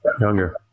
Younger